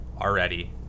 already